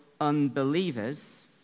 unbelievers